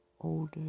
older